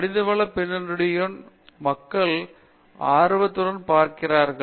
மனிதவள பின்னணியுடன் மக்கள் ஆர்வத்துடன் பார்க்கிறீர்கள்